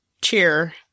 cheer